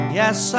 yes